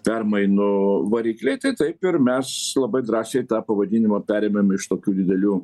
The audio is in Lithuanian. permainų varikliai tai taip ir mes labai drąsiai tą pavadinimą perėmėm iš tokių didelių